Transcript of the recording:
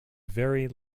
very